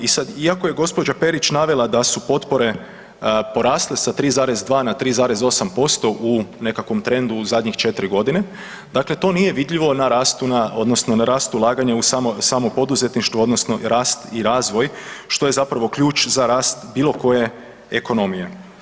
I sad iako je gospođa Perić navela da su potpore porasle sa 3,2 na 3,8% u nekakvom trendu u zadnjih 4 godine, dakle to nije vidljivo na rastu na odnosno na rastu ulaganja u samo poduzetništvo odnosno rast i razvoj što je zapravo ključ za rast bilo koje ekonomije.